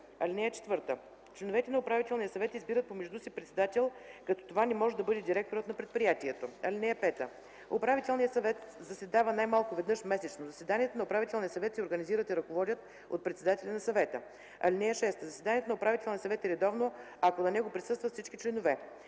съвет. (4) Членовете на управителния съвет избират помежду си председател, като това не може да бъде директорът на предприятието. (5) Управителният съвет заседава най-малко веднъж месечно. Заседанията на управителния съвет се организират и ръководят от председателя на съвета. (6) Заседанието на управителния съвет е редовно, ако на него присъстват всички членове.